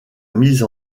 mise